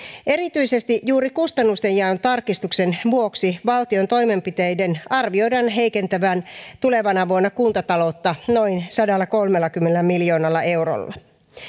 erityisesti juuri kustannustenjaon tarkistuksen vuoksi valtion toimenpiteiden arvioidaan heikentävän tulevana vuonna kuntataloutta noin sadallakolmellakymmenellä miljoonalla eurolla